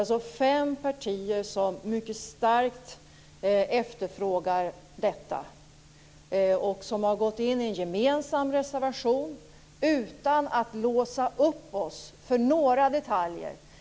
Det är fem partier som mycket starkt efterfrågar detta och som har avgett en gemensam reservation utan att låsa upp sig för några detaljer.